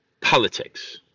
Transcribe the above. politics